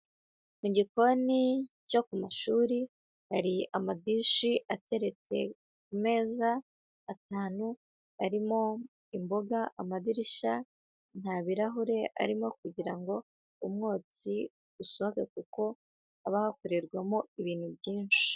Mu gikoni cyo ku mashuri hari amadishi ateretse ku amezi atanu arimo imboga, amadirisha nta birarahure arimo kugira ngo umwotsi usoke, kuko haba hakorerwamo ibintu byinshi.